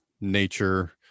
nature